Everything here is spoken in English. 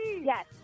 Yes